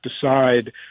decide